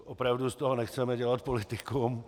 Opravdu z toho nechceme dělat politikum.